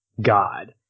God